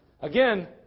Again